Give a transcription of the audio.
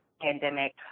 pandemic